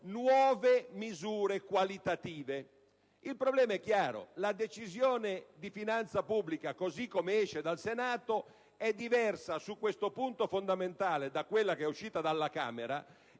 nuove misure qualitative. Il problema è chiaro: la Decisione di finanza pubblica, così come esce dal Senato, è diversa su questo punto fondamentale da quella che è uscita dalla Camera,